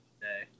today